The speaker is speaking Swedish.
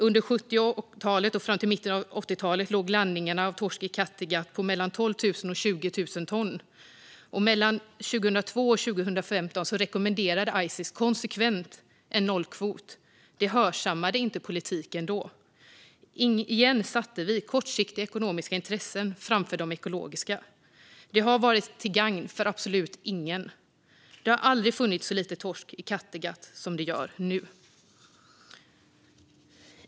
Under 70-talet och fram till mitten av 80-talet låg landningarna av torsk i Kattegatt på mellan 12 000 och 20 000 ton, och mellan 2002 och 2015 rekommenderade ICES konsekvent en nollkvot. Det hörsammade inte politiken då. Återigen satte vi kortsiktiga ekonomiska intressen framför de ekologiska. Det har varit till gagn för absolut ingen. Det har aldrig funnits så lite torsk i Kattegatt som det gör nu.